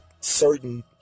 certain